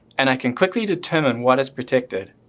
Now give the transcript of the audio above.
and i can quickly determine what is protected.